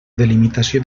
delimitació